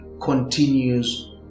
continues